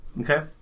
Okay